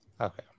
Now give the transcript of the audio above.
Okay